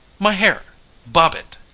my hair bob it!